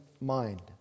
mind